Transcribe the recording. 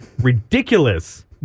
Ridiculous